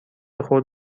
خود